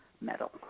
Metal